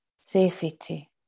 Safety